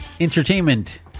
Entertainment